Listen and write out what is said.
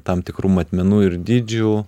tam tikrų matmenų ir dydžių